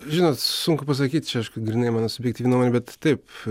žinot sunku pasakyt čia aišku grynai mano subjektyvi nuomonė bet taip